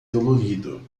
dolorido